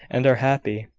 and are happy.